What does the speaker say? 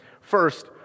First